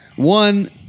One